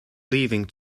leaving